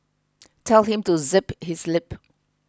tell him to zip his lip